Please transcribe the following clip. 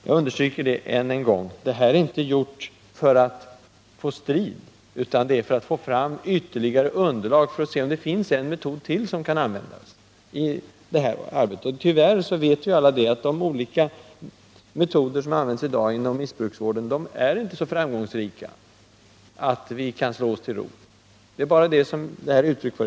Jag understryker det än en gång: Det här är inte för att få strid, utan för att få fram ytterligare underlag för att se om det finns en metod till som kan användas i vården. Tyvärr vet vi alla, att de metoder som används i dag inom missbruksvården inte är så framgångsrika att vi kan slå oss till ro med dem. Det är detta som denna utredning är uttryck för.